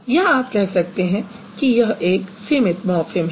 या आप कह सकते हैं कि यह एक आश्रित मॉर्फ़िम है